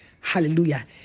Hallelujah